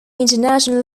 intentional